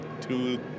two